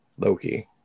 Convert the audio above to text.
Loki